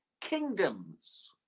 kingdoms